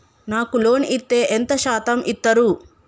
నాకు లోన్ ఇత్తే ఎంత శాతం ఇత్తరు?